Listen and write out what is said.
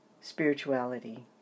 spirituality